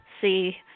see